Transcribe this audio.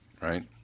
right